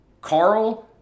Carl